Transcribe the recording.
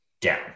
down